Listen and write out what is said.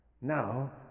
Now